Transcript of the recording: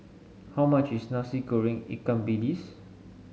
how much is Nasi Goreng Ikan Bilis